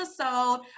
episode